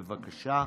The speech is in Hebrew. בבקשה.